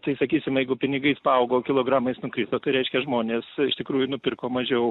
tai sakysim jeigu pinigai paaugo o kilogramais nukrito tai reiškia žmonės iš tikrųjų nupirko mažiau